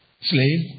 slave